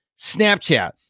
Snapchat